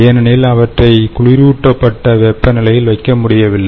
ஏனெனில் அவற்றை குளிரூட்டப்பட்ட வெப்பநிலையில் வைக்க முடியவில்லை